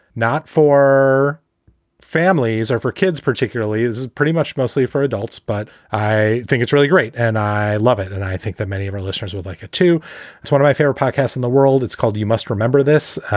not for families or for kids particularly is pretty much mostly for adults. but i think it's really great and i love it. and i think that many of our listeners would like to. it's one of my favorite parks in the world. it's called you must remember this.